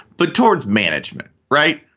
but towards management, right?